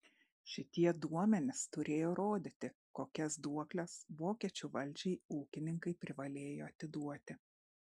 šitie duomenys turėjo rodyti kokias duokles vokiečių valdžiai ūkininkai privalėjo atiduoti